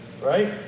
Right